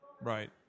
Right